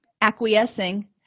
acquiescing